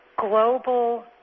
global